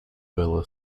villa